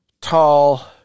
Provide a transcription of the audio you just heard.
Tall